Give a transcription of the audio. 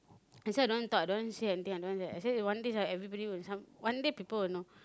I say I don't want to talk I don't want to say anything I don't want to one day everybody will one day people will know